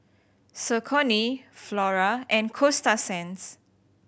Saucony Flora and Coasta Sands